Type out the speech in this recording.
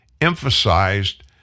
emphasized